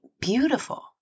beautiful